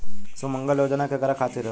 सुमँगला योजना केकरा खातिर ह?